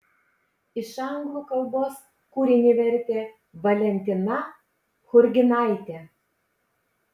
iš anglų kalbos kūrinį vertė valentina churginaitė